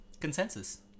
Consensus